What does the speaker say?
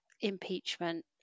impeachment